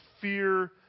fear